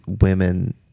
women